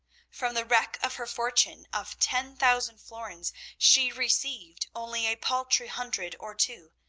from the wreck of her fortune of ten thousand florins she received only a paltry hundred or two,